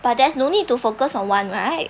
but there's no need to focus on one right